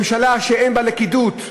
ממשלה שאין בה לכידות,